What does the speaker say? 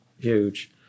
huge